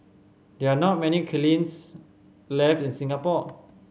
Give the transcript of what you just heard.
there are not many kilns left in Singapore